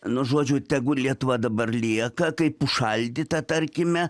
nu žodžiu tegul lietuva dabar lieka kaip užšaldyta tarkime